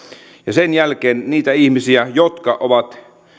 sen jälkeen niille ihmisille jotka ovat